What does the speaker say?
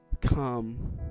come